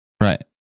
right